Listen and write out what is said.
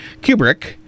Kubrick